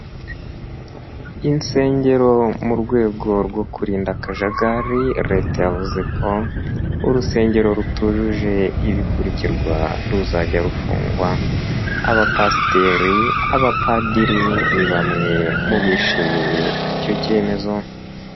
Insengero mu rwego rwo kurinda akajagari, leta yavuze ko urusengero rutujuje ibikurikirwa ruzajya rufungwa, abapasiteri, abapadiri ni bamwe mu bishimiye icyo cyemezo.